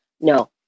No